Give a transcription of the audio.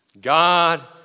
God